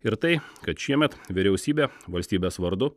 ir tai kad šiemet vyriausybė valstybės vardu